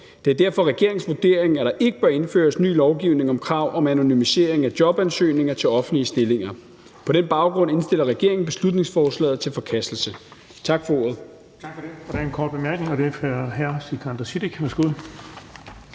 Det er derfor regeringens vurdering, at der ikke bør indføres ny lovgivning om krav om anonymisering af jobansøgninger til offentlige stillinger. På den baggrund indstiller regeringen beslutningsforslaget til forkastelse.